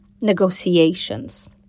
negotiations